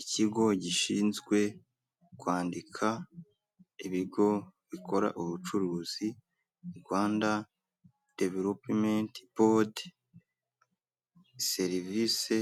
Ikigo gishinzwe kwandika ibigo bikora ubucuruzi, Rwanda developumenti bodi, serivise